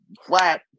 flat